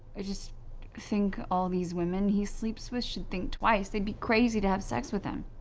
i just think all these women he sleeps with should think twice. they'd be crazy to have sex with him.